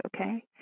okay